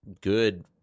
good